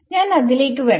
ഞാൻ അതിലേക്ക് വരാം